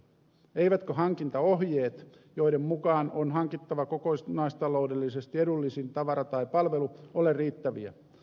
eivätkö hankintaohjeet joiden mukaan on hankittava kokonaistaloudellisesti edullisin tavara tai palvelu ole riittäviä